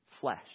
flesh